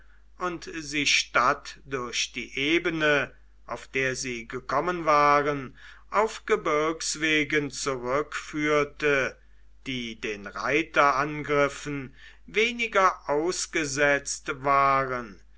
und sie statt durch die ebene auf der sie gekommen waren auf gebirgswegen zurückführte die den reiterangriffen weniger ausgesetzt waren